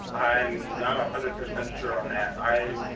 i'm not a hundred percent sure on